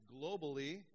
globally